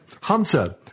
Hunter